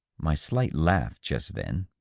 my slight laugh, just then,